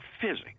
physics